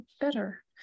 better